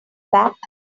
back